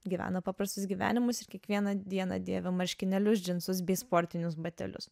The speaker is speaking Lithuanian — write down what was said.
gyvena paprastus gyvenimus ir kiekvieną dieną dėvi marškinėlius džinsus bei sportinius batelius